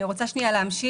אני רוצה להמשיך.